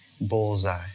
Bullseye